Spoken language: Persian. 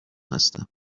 هستم